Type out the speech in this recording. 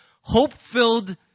hope-filled